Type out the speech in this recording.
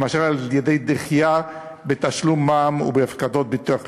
למשל על-ידי דחייה של תשלום מע"מ והפקדות ביטוח לאומי.